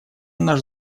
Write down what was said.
наш